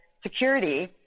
security